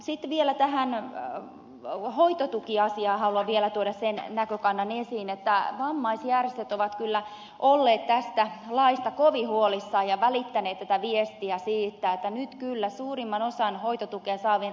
sitten vielä tähän hoitotukiasiaan haluan tuoda sen näkökannan esiin että vammaisjärjestöt ovat kyllä olleet tästä laista kovin huolissaan ja välittäneet viestiä siitä että nyt kyllä hoitotukea saavista suurimman osan asema heikkenee